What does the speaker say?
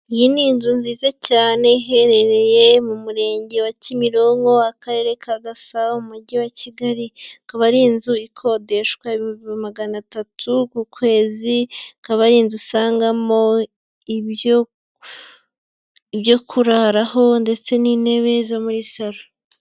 Iyi ni inzu nziza cyane iherereye mu murenge wa Kimironko Akarere ka Gasabo umujyi wa Kigali, akaba ari inzu ikodeshwa ibihumbi maganatatu ku kwezi, akaba ari inzu usangamo ibyo kuraraho ndetse n'intebe zo muri saro.